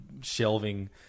shelving